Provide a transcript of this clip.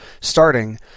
starting